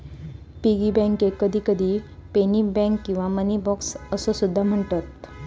piggy बँकेक कधीकधी penny bank किंवा मनी बॉक्स असो सुद्धा म्हणतत